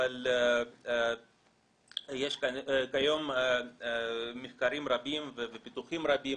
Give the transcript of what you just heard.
אבל יש כיום מחקרים רבים ופיתוחים רבים,